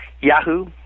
Yahoo